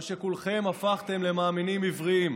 או שכולכם הפכתם למאמינים עיוורים?